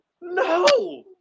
no